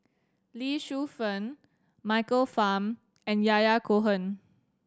Lee Shu Fen Michael Fam and Yahya Cohen